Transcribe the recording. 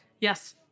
Yes